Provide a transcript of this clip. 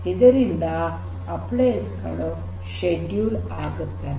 ಇದರಿಂದಾಗಿ ಅಪ್ಲೈಯನ್ಸ್ ಗಳು ಷೆಡ್ಯೂಲ್ ಆಗುತ್ತವೆ